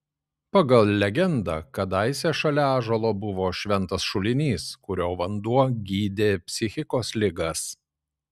pagal legendą kadaise šalia ąžuolo buvo šventas šulinys kurio vanduo gydė psichikos ligas